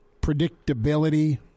predictability